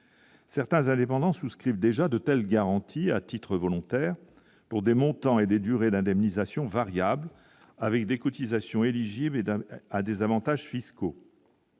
certains indépendants souscrivent déjà de telles garanties à titre volontaire pour des montants et des durées d'indemnisation variable avec des cotisations éligible un à des avantages fiscaux.